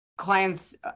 clients